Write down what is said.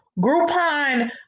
Groupon